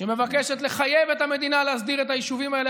שמבקשת לחייב את המדינה להסדיר את היישובים האלה,